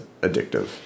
addictive